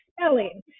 spelling